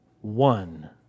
one